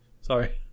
Sorry